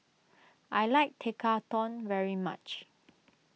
I like Tekkadon very much